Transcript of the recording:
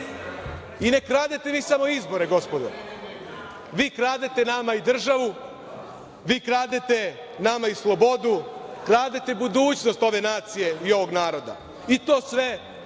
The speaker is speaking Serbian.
I ne kradete vi samo izbore, gospodo. Vi kradete nama i državu, vi kradete nama i slobodu, kradete budućnost ove nacije i ovog naroda, i to sve